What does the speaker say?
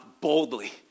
boldly